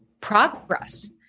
progress